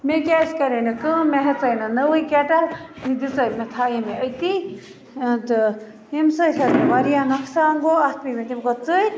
مےٚ کیٛازِ کَراے نہٕ کٲم مےٚ ہیژاے یہِ نٔوۍ کٮ۪ٹٕل یہِ تھاے مےٚ أتی تہٕ ییٚمہِ سۭتۍ حظ گوٚو وارِیاہ نۄقصان گوٚو اَتھ پاے مےٚ تَمہِ کھۄتہٕ ژٔر